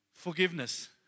Forgiveness